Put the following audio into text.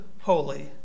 holy